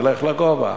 תלך לגובה.